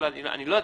אני לא יודע.